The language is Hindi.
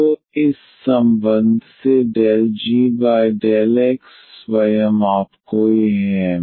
तो इस संबंध से ∂g∂x स्वयं आपको यह एम